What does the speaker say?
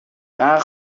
فقط